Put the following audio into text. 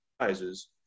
sizes